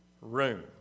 room